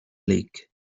leak